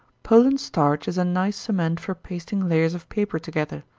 poland starch is a nice cement for pasting layers of paper together,